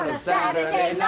saturday